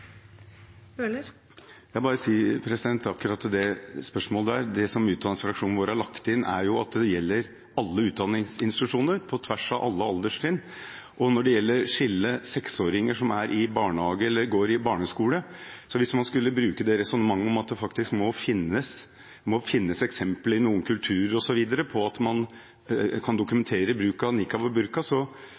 bare si til akkurat det spørsmålet: Det som utdanningsfraksjonen vår har lagt inn, er at det gjelder alle utdanningsinstitusjoner, på tvers av alle alderstrinn. Når det gjelder å skille mellom seksåringer i barnehage og seksåringer på barneskole: Hvis man skulle bruke det resonnementet at det faktisk må finnes eksempler i noen kulturer osv. på at man kan dokumentere bruk av